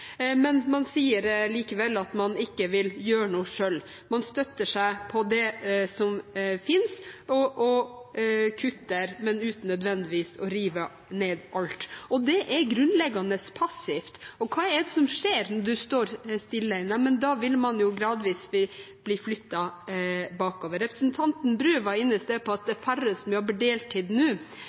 men man sier likevel at man ikke vil gjøre noe selv. Man støtter seg på det som finnes, og kutter, men uten nødvendigvis å rive ned alt. Det er grunnleggende passivt. Og hva er det som skjer når du står stille? Da vil man jo gradvis bli flyttet bakover. Representanten Bru var i sted inne på at det er færre som jobber deltid nå.